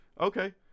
Okay